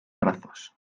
brazos